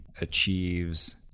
achieves